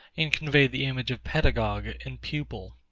and convey the image of pedagogue and pupil.